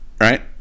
right